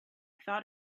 thought